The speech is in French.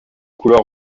couleur